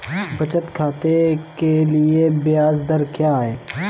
बचत खाते के लिए ब्याज दर क्या है?